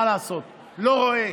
מה לעשות, לא רואה.